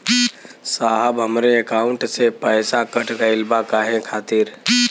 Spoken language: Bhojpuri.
साहब हमरे एकाउंट से पैसाकट गईल बा काहे खातिर?